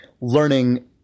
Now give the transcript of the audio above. learning